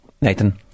Nathan